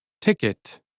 Ticket